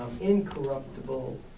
incorruptible